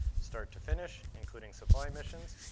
start to finish, including supply missions,